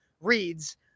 reads